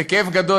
בכאב גדול,